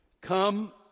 Come